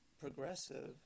progressive